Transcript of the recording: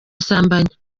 asambanya